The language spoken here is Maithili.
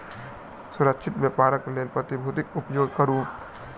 सुरक्षित व्यापारक लेल प्रतिभूतिक उपयोग करू